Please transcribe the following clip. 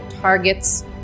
target's